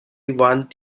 one